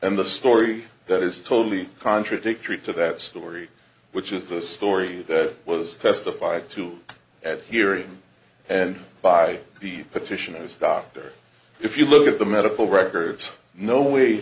and the story that is totally contradictory to that story which is the story that was testified to at hearing and by the petitioners doctor if you look at the medical records no way